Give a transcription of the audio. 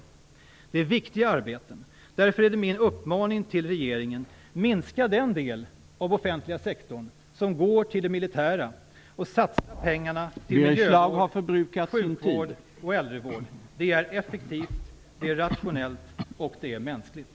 Det handlar om viktiga arbeten. Därför är min uppmaning till regeringen: Minska den del av den offentliga sektorn som går till det militära och satsa pengarna på miljövård, sjukvård och äldrevård! Det är effektivt, rationellt och mänskligt.